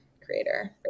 creator